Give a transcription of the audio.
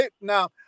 Now